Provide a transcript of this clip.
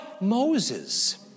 Moses